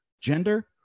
gender